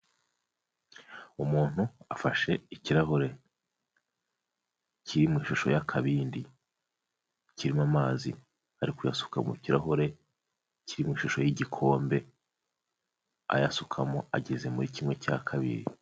Umuntu afashe ikirahure kiri mu shusho y'akabindi kirimo amazi ari kuyasuka mu kirahure kiri mu ishusho y'igikombe, ayasukamo ageze muri kimwe cya kabiri.